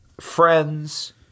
friends